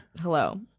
Hello